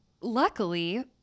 luckily